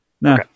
No